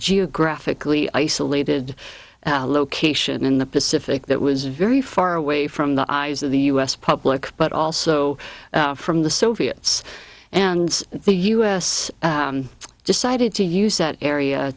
geographically isolated location in the pacific that was very far away from the eyes of the u s public but also from the soviets and the us decided to use that area